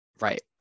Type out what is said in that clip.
Right